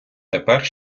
тепер